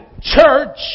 church